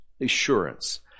assurance